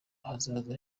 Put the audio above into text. ahazaza